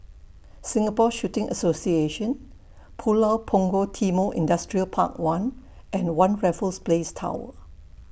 Singapore Shooting Association Pulau Punggol Timor Industrial Park one and one Raffles Place Tower